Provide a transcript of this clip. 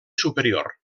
superior